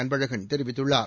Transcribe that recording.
அன்பழகன் தெரிவித்துள்ளார்